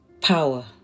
power